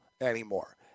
anymore